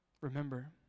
Remember